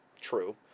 True